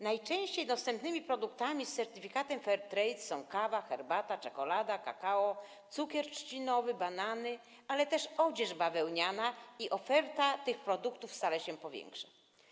Najczęściej dostępnymi produktami z certyfikatem Fairtrade są kawa, herbata, czekolada, kakao, cukier trzcinowy, banany, ale też odzież bawełniana i oferta tych produktów stale się powiększa.